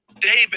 David